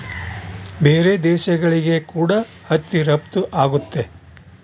ಬೇರೆ ದೇಶಗಳಿಗೆ ಕೂಡ ಹತ್ತಿ ರಫ್ತು ಆಗುತ್ತೆ